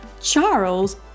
Charles